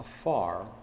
afar